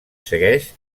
segueix